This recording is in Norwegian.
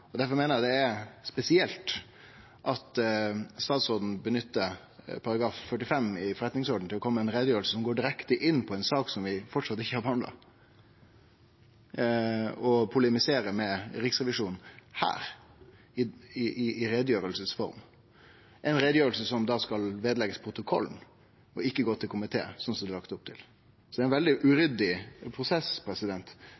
Derfor meiner eg det er spesielt at statsråden nyttar § 45 i forretningsordenen til å kome med ei utgreiing som går direkte inn i ei sak som vi framleis ikkje har behandla – og polemiserer med Riksrevisjonen, i form av ei utgreiing – ei utgreiing som skal leggjast ved protokollen og ikkje gå til komité, slik det er lagt opp til. Det er ein veldig